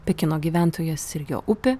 pekino gyventojas ir jo upė